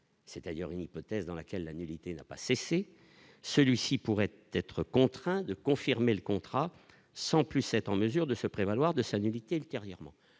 c'est-à-dire une hypothèse dans laquelle la nullité n'a pas cessé, celui-ci pourrait être contraint de confirmer le contrat sans plus être en mesure de se prévaloir de sa nullité ultérieurement,